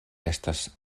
estas